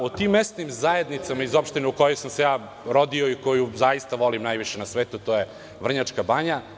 O tim mesnim zajednicama iz opštine u kojoj sam se ja rodio, i koju zaista volim najviše na svetu, to je Vrnjačka Banja.